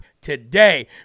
today